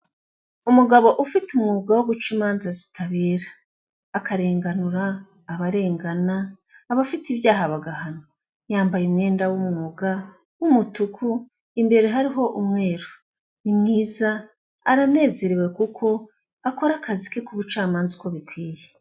Umugabo ufite umwuga wo guca imanza zitabera, akarenganura abarengana, abafite ibyaha bagahanwa .Yambaye umwenda w'umwuga, w'umutuku imbere hariho umweru. Ni mwiza aranezerewe kuko akora akazi ke k'ubucamanza uko bikwiye.